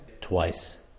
twice